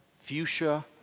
fuchsia